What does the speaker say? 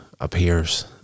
appears